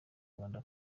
rwanda